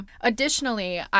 Additionally